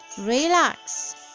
relax